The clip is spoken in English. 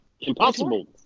Impossible